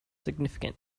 significant